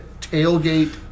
tailgate